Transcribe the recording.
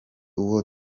uwo